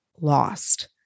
lost